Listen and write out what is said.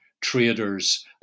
traders